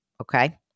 Okay